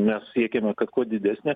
mes siekiame kad kuo didesnė